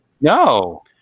No